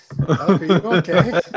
okay